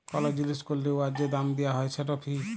call জিলিস ক্যরলে উয়ার যে দাম দিয়া হ্যয় সেট ফি